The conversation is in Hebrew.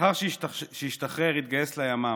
לאחר שהשתחרר התגייס לימ"מ,